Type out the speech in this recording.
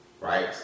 right